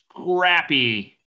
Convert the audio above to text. Scrappy